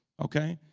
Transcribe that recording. ok?